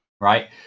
Right